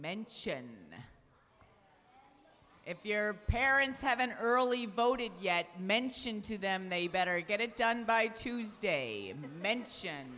that if your parents have an early voted yet mention to them they better get it done by tuesday mention